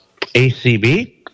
ACB